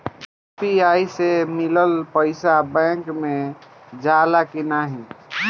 UPI से मिलल पईसा बैंक मे जाला की नाहीं?